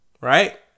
Right